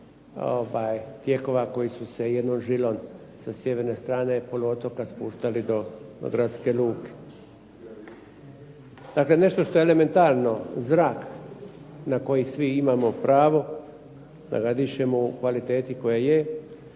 tijekova koji su jednom žilom sa sjeverne strane poluotoka spuštali do gradske luke. Dakle nešto što je elementarno zrak na koji svi imamo pravo da ga dišemo u kvaliteti koja je,